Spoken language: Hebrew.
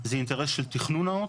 זה אינטרס של תכנון נאות,